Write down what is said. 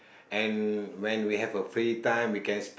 and when we have our free time we can spend